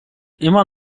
immer